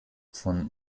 von